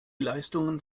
leistungen